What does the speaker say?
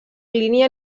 línia